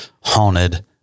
haunted